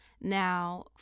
Now